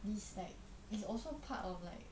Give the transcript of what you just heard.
this like is also part of like